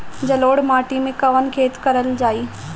जलोढ़ माटी में कवन खेती करल जाई?